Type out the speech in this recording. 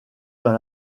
dans